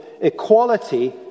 equality